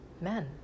Men